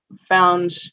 found